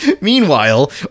Meanwhile